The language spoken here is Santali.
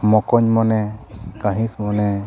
ᱢᱚᱠᱚᱧ ᱢᱚᱱᱮ ᱠᱟᱹᱦᱤᱸᱥ ᱢᱚᱱᱮ